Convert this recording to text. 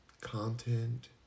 content